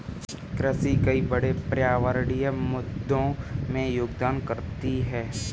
कृषि कई बड़े पर्यावरणीय मुद्दों में योगदान करती है